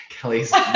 Kelly's